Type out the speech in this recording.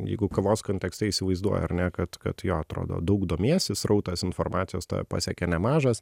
jeigu kavos kontekste įsivaizduoji ar ne kad kad jo atrodo daug domiesi srautas informacijos tave pasiekia nemažas